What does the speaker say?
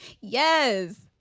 Yes